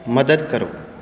ਮਦਦ ਕਰੋ